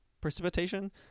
Precipitation